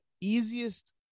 easiest